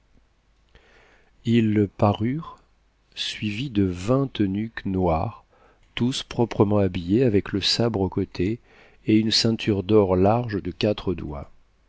ils parurent suivis de vingt eunuques noirs tous proprement habillés avec le sabre au côté et une ceinture d'or large de quatre doigts